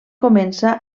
comença